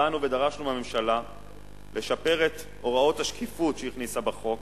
באנו ודרשנו מהממשלה לשפר את הוראות השקיפות שהיא הכניסה בחוק.